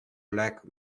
lack